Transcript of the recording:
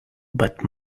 but